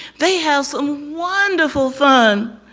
they have some wonderful fun.